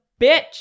bitch